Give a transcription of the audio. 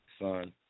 son